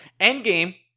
Endgame